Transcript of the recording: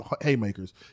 haymakers